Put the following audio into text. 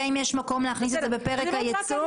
אם יש מקום להכניס את זה בפרק הייצוא.